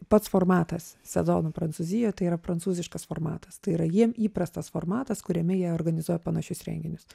pats formatas sezono prancūzijoje tai yra prancūziškas formatas tai yra jiem įprastas formatas kuriame jie organizuoja panašius renginius